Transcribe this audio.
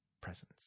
presence